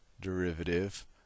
derivative